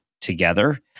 together